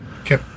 Okay